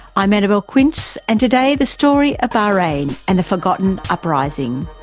i'm annabelle quince and today the story of bahrain and the forgotten uprising.